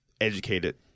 educated